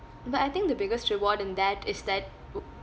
but I think the biggest reward in that is that oo